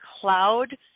cloud